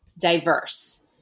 diverse